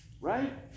right